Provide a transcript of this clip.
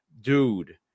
Dude